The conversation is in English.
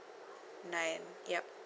nine yup